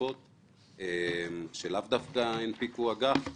נוספות שלאו דווקא הנפיקו אג"ח.